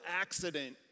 accident